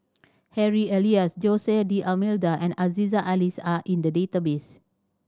Harry Elias Jose D'Almeida and Aziza Ali are in the database